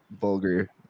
vulgar